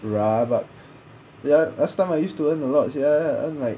rabaks ya last time I used to earn a lot sia earn like